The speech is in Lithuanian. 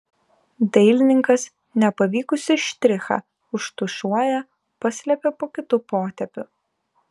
dailininkas nepavykusį štrichą užtušuoja paslepia po kitu potėpiu